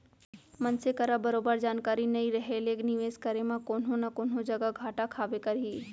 मनसे करा बरोबर जानकारी नइ रहें ले निवेस करे म कोनो न कोनो जघा घाटा खाबे करही